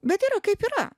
bet yra kaip yra